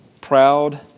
proud